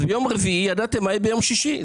אז ביום רביעי ידעתם מה יהיה ביום שישי.